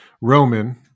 Roman